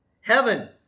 heaven